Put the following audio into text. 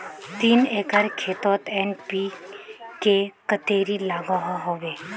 तीन एकर खेतोत एन.पी.के कतेरी लागोहो होबे?